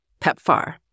PEPFAR